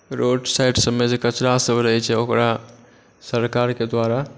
road side सबमे जे कचड़ा सब रहै छै ओकरा सरकारकेँ द्वारा